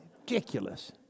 ridiculous